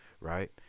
right